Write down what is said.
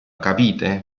capite